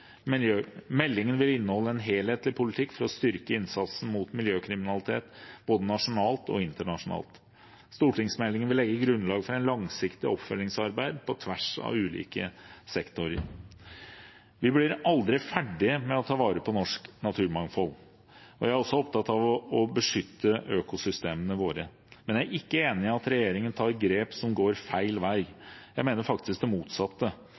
Meldingen vil inneholde en helhetlig politikk for å styrke innsatsen mot miljøkriminalitet både nasjonalt og internasjonalt. Stortingsmeldingen vil legge grunnlaget for et langsiktig oppfølgingsarbeid på tvers av ulike sektorer. Vi blir aldri ferdige med å ta vare på norsk naturmangfold. Jeg er også opptatt av å beskytte økosystemene våre, men jeg er ikke enig i at regjeringen tar grep som går feil vei. Jeg mener faktisk det motsatte,